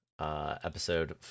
Episode